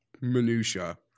minutia